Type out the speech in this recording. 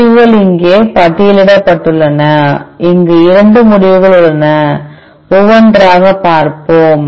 முடிவுகள் இங்கே பட்டியலிடப்பட்டுள்ளன இங்கு 2 முடிவுகள் உள்ளன ஒவ்வொன்றாகப் பார்ப்போம்